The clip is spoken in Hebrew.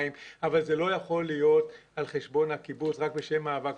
אבל זה לא יכול להיות על חשבון הקיבוץ רק בשם המאבק.